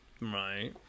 Right